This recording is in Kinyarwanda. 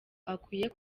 akwiye